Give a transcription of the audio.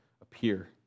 appear